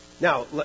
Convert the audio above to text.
Now